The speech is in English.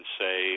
say